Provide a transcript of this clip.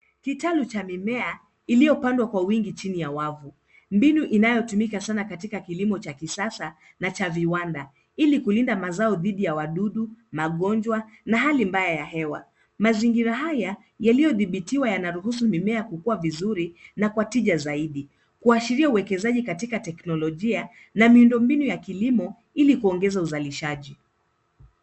Kitalu cha mimea, iliyopandwa kwa wingi chini ya wavu. Mbinu inayotumika sana katika kilimo cha kisasa na cha viwanda, ili kulinda mazao dhidi ya wadudu, magonjwa, na hali mbaya ya hewa. Mazingira haya, yaliyodhibitiwa yanaruhusu mimea kukua vizuri na kwa tija zaidi, kuashiria uwekezaji katika teknolojia, na miundombinu ya kilimo ili kuongeza uzalishaji.